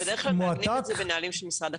אנחנו בדרך כלל מעגנים את זה בנהלים של משרד הפנים.